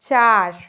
চার